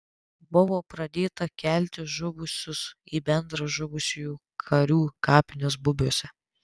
buvo pradėta kelti žuvusius į bendras žuvusiųjų karių kapines bubiuose